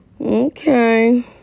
okay